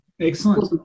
Excellent